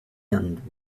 end